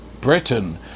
Britain